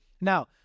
Now